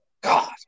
God